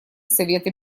совета